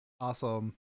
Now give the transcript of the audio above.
Awesome